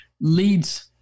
leads